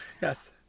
yes